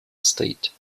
state